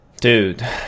dude